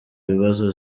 bibazo